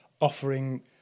offering